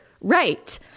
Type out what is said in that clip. right